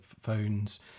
phones